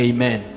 Amen